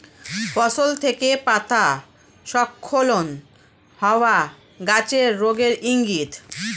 ফসল থেকে পাতা স্খলন হওয়া গাছের রোগের ইংগিত